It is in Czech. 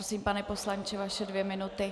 Prosím, pane poslanče, vaše dvě minuty.